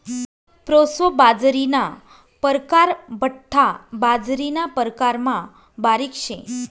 proso बाजरीना परकार बठ्ठा बाजरीना प्रकारमा बारीक शे